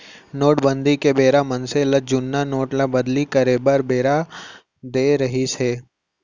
नोटबंदी के बेरा मनसे ल जुन्ना नोट ल बदली करे बर बेरा देय रिहिस हे